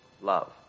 love